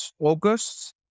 August